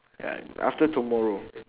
ya after tomorrow